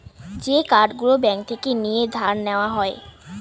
যে কার্ড গুলো ব্যাঙ্ক থেকে নিয়ে ধার নেওয়া যায়